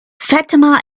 fatima